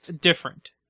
different